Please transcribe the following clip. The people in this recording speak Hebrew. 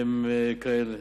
שהם כאלה: